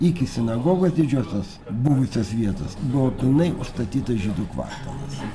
iki sinagogos didžiosios buvusios vietos buvo pilnai užstatytas žydų kvartalas